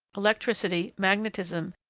electricity, magnetism,